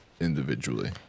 individually